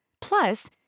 Plus